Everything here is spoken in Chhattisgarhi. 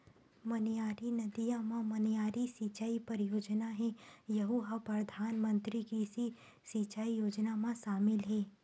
मनियारी नदिया म मनियारी सिचई परियोजना हे यहूँ ह परधानमंतरी कृषि सिंचई योजना म सामिल हे